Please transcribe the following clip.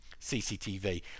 CCTV